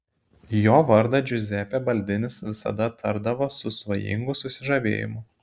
jo vardą džiuzepė baldinis visada tardavo su svajingu susižavėjimu